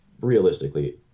realistically